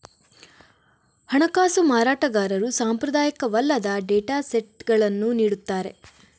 ಹಣಕಾಸು ಮಾರಾಟಗಾರರು ಸಾಂಪ್ರದಾಯಿಕವಲ್ಲದ ಡೇಟಾ ಸೆಟ್ಗಳನ್ನು ನೀಡುತ್ತಾರೆ